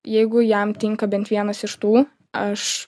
jeigu jam tinka bent vienas iš tų aš